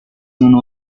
una